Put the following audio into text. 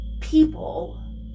People